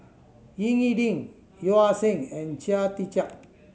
Ying E Ding Yeo Ah Seng and Chia Tee Chiak